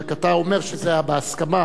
רק אתה אומר שזה היה בהסכמה: